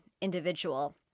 individual